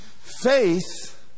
Faith